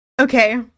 Okay